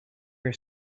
your